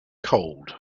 cold